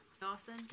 Dawson